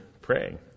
praying